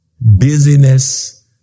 busyness